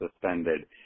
suspended